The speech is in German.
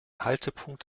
haltepunkt